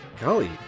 Golly